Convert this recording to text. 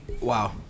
Wow